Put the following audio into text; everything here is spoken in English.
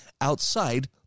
outside